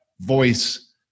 voice